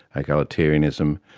egalitarianism.